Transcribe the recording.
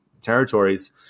territories